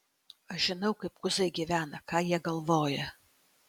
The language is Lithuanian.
aš žinau kaip kuzai gyvena ką jie galvoja